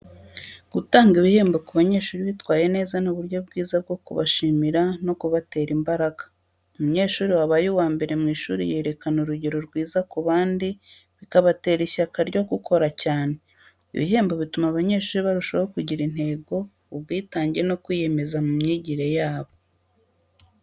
Gutanga ibihembo ku banyeshuri bitwaye neza ni uburyo bwiza bwo kubashimira no kubatera imbaraga. Umunyeshuri wabaye uwa mbere mu ishuri yerekana urugero rwiza ku bandi, bikabatera ishyaka ryo gukora cyane. Ibihembo bituma abanyeshuri barushaho kugira intego, ubwitange no kwiyemeza mu myigire yabo.